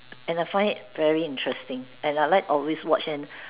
and I find it very interesting and I like always watch and